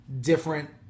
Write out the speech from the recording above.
different